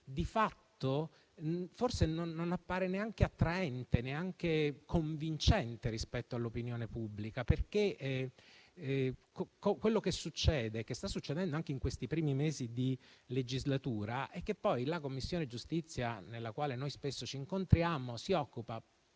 di fatto, forse, non appare attraente e convincente all'opinione pubblica. Quello che succede e sta succedendo anche in questi primi mesi di legislatura è che poi la Commissione giustizia, nella quale spesso ci incontriamo, si occupa